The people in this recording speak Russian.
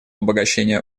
обогащения